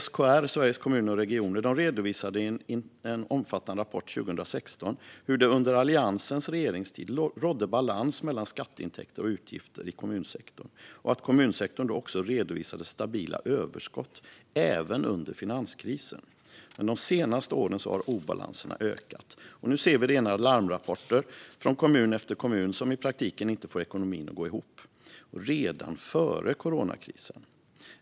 SKR, Sveriges Kommuner och Regioner, redovisade i en omfattande rapport 2016 hur det under Alliansens regeringstid rådde balans mellan skatteintäkter och utgifter för kommunsektorn och att kommunsektorn då också redovisade stabila överskott, även under finanskrisen. Men de senaste åren har obalanserna ökat. Nu ser vi rena larmrapporter om att kommun efter kommun i praktiken inte får ekonomin att gå ihop, och det gällde redan före coronakrisen.